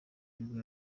nibwo